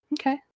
Okay